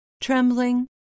Trembling